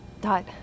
Dot